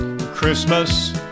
Christmas